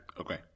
Okay